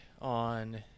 on